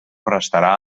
restarà